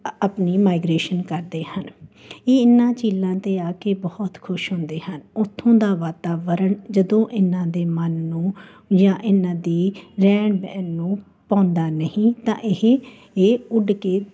ਆਪਣੀ ਮਾਈਗ੍ਰੇਸ਼ਨ ਕਰਦੇ ਹਨ ਇਹ ਇਨ੍ਹਾਂ ਝੀਲਾਂ 'ਤੇ ਆ ਕੇ ਬਹੁਤ ਖੁਸ਼ ਹੁੰਦੇ ਹਨ ਓਥੋਂ ਦਾ ਵਾਤਾਵਰਨ ਜਦੋਂ ਇਨ੍ਹਾਂ ਦੇ ਮਨ ਨੂੰ ਜਾਂ ਇਨ੍ਹਾਂ ਦੀ ਰਹਿਣ ਬਹਿਣ ਨੂੰ ਭਾਉਂਦਾ ਨਹੀਂ ਤਾਂ ਇਹ ਇਹ ਉੱਡ ਕੇ